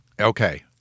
Okay